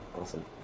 awesome